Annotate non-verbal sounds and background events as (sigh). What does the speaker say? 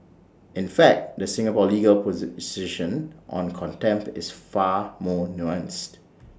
in fact the Singapore legal (unintelligible) on contempt is far more nuanced